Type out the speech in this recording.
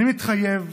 אני מתחייב